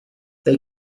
they